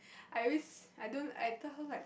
I always I don't I doesn't like